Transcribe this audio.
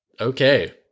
okay